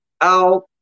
out